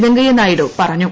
വെങ്കയ്യ നായിഡു പറഞ്ഞു